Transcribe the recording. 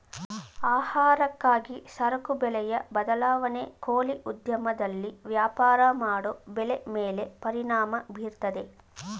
ಆಹಾರಕ್ಕಾಗಿ ಸರಕು ಬೆಲೆಯ ಬದಲಾವಣೆ ಕೋಳಿ ಉದ್ಯಮದಲ್ಲಿ ವ್ಯಾಪಾರ ಮಾಡೋ ಬೆಲೆ ಮೇಲೆ ಪರಿಣಾಮ ಬೀರ್ತದೆ